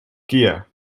kia